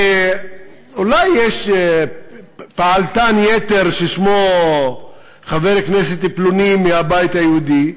ואולי יש פעלתן יתר ששמו חבר כנסת פלוני מהבית היהודי,